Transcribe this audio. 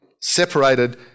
Separated